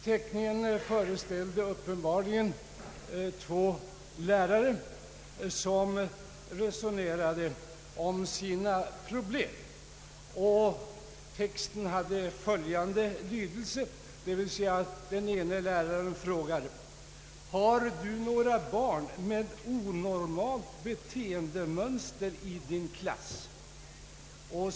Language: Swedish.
Teckningen föreställde uppenbarligen två lärare som resonerade om sina problem. Den ene läraren frågade: Har du några barn med onormalt beteendemönster i din klass?